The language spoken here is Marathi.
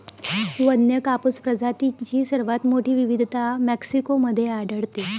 वन्य कापूस प्रजातींची सर्वात मोठी विविधता मेक्सिको मध्ये आढळते